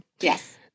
Yes